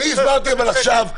אני הסברתי עכשיו,